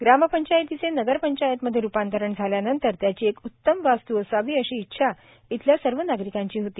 ग्रामपंचायतीचे नगरपंचायत मध्ये रूपांतरण झाल्यानंतर त्याची एक उत्तम वास्तू असावी अशी इच्छा येथील सर्व नागरिकांची होती